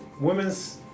women's